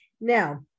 Now